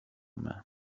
main